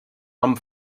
amb